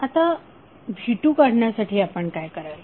आता v2 काढण्यासाठी आपण काय कराल